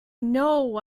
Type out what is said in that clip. know